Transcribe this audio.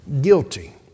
guilty